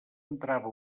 entrava